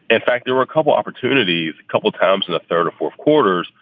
in fact, there were a couple of opportunities a couple of times in the third or fourth quarters.